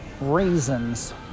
Raisins